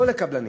לא הקבלנים.